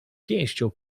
pięścią